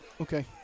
okay